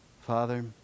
Father